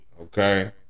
Okay